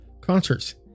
Concerts